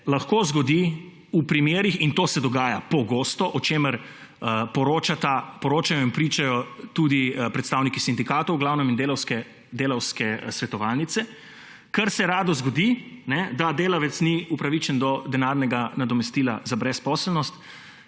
lahko zgodi v primerih, in to se dogaja pogosto, o čemer poročajo in pričajo tudi predstavniki sindikatov in delavske svetovalnice, kar se rado zgodi, da delavec ni upravičen do denarnega nadomestila za brezposelnost,